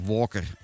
Walker